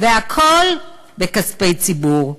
והכול בכספי ציבור.